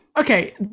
okay